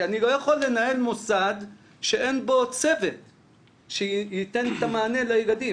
כי אני לא יכול לנהל מוסד שאין בו צוות שייתן את המענה לילדים.